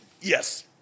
Yes